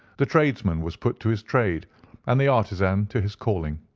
the tradesman was put to his trade and the artisan to his calling.